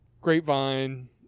Grapevine